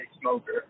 smoker